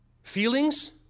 Feelings